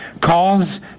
calls